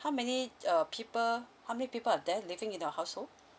how many uh people how many people are there living in your household